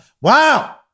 Wow